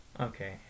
Okay